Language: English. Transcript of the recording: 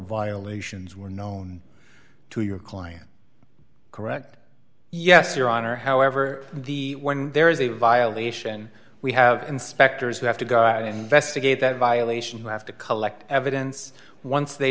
violations were known to your client correct yes your honor however the when there is a violation we have inspectors who have to go out and vest a gate that violation will have to collect evidence once they